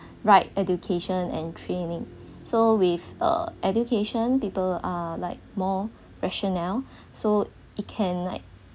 right education and training so with a education people are like more rationale so it can like